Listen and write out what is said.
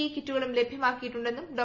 E കിറ്റുകളും ലഭ്യമാക്കിയിട്ടുണ്ടെന്നും ഡോ